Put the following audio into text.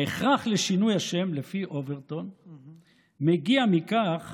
ההכרח לשינוי השם לפי אוברטון מגיע מכך